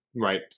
Right